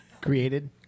Created